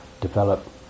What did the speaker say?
develop